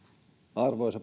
arvoisa